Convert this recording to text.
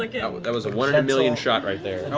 like yeah that was a one in a million shot right there.